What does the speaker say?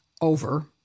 over